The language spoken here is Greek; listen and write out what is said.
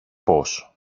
πώς